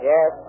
Yes